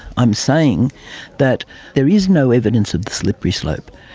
i'm saying that there is no evidence of the slippery slope.